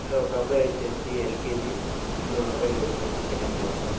sir ఒక అబ్బాయి వచ్చేసి ఎల్కేజీ ఇంకొక అబ్బాయి వచ్చేసి సెకండ్ క్లాస్ సార్